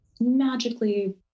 magically